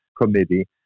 committee